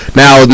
now